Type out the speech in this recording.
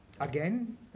again